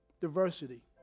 Diversity